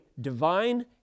divine